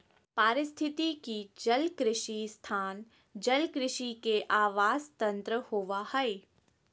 पारिस्थितिकी जलकृषि स्थान जलकृषि के आवास तंत्र होबा हइ